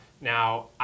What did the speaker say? Now